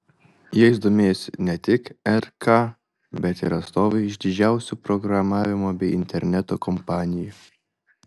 jais domėjosi ne tik rk bet ir atstovai iš didžiausių programavimo bei interneto kompanijų